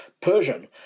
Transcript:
Persian